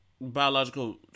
biological